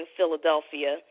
Philadelphia